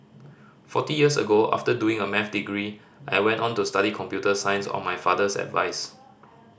forty years ago after doing a Maths degree I went on to study computer science on my father's advice